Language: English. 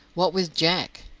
what with jack,